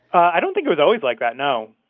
i don't think i was always like that. no.